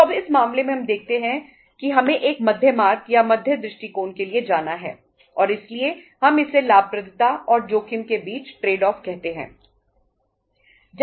तो अब इस मामले में हम देखते हैं कि हमें एक मध्य मार्ग या मध्य दृष्टिकोण के लिए जाना है और इसीलिए हम इसे लाभप्रदता और जोखिम के बीच ट्रेड ऑफ कहते हैं